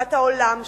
תפיסת העולם שלהם,